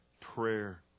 prayer